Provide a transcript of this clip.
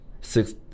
six